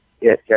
Yes